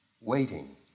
waiting